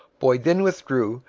boyd then withdrew,